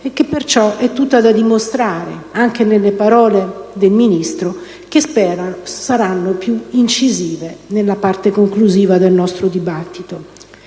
e che perciò è tutta da dimostrare anche nelle parole del Ministro che spero saranno più incisive nella parte conclusiva del nostro dibattito.